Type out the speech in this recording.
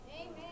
Amen